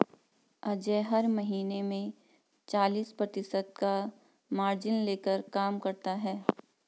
अजय हर महीने में चालीस प्रतिशत का मार्जिन लेकर काम करता है